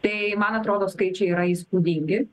tai man atrodo skaičiai yra įspūdingi